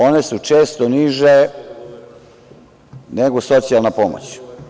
One su često niže nego socijalna pomoć.